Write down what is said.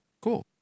Cool